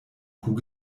kuh